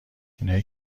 اینایی